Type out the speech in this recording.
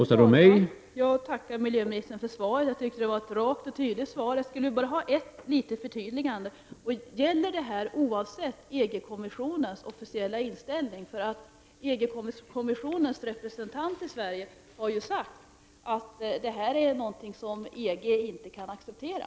Herr talman! Jag tackar miljöministern för svaret. Jag tycker att det var ett rakt och tydligt svar. Jag skulle bara vilja ha ett litet förtydligande. Gäller det här oavsett EG-kommissionens officiella inställning? EG-kommissionens representant i Sverige har ju sagt att detta är något som EG inte kan acceptera.